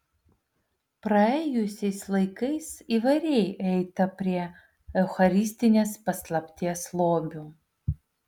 praėjusiais laikais įvairiai eita prie eucharistinės paslapties lobių